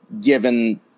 given